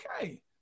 Okay